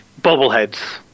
bobbleheads